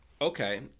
Okay